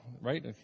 Right